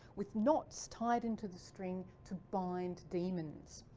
with knots tied into the string to bind demons.